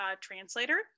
translator